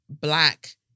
Black